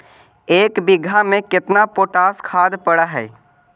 एक बिघा में केतना पोटास खाद पड़ है?